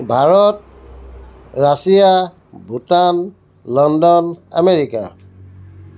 Bharat Russia Bhutan London America